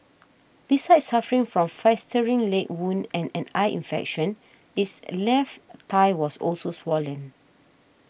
besides suffering from a festering leg wound and an eye infection its left thigh was also swollen